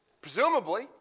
presumably